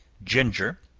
ginger,